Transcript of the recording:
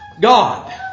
God